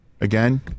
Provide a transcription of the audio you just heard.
again